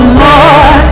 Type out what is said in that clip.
more